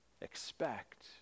Expect